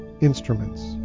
instruments